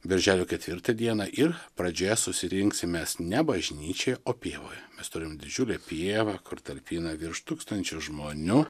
birželio ketvirtą dieną ir pradžioje susirinksim mes ne bažnyčioj o pievoj mes turim didžiulę pievą kur talpina virš tūkstančio žmonių